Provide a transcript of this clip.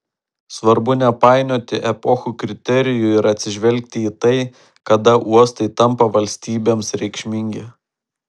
svarbu nepainioti epochų kriterijų ir atsižvelgti į tai kada uostai tampa valstybėms reikšmingi